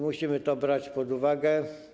Musimy to brać pod uwagę.